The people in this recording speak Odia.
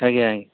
ଆଜ୍ଞା ଆଜ୍ଞା